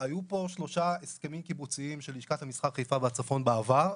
היו פה שלושה הסכמים קיבוציים של לשכת המסחר חיפה והצפון בעבר.